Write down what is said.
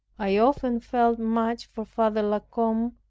i often felt much for father la combe,